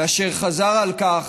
וחזר על כך,